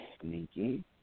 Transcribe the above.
sneaky